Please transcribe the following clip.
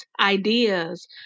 ideas